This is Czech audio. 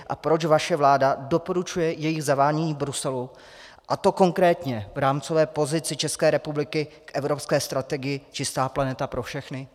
A proč vaše vláda doporučuje jejich zavádění v Bruselu, a to konkrétně v rámcové pozici České republiky k evropské strategii Čistá planeta pro všechny?